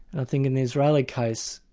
ah think in the israeli case,